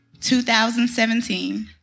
2017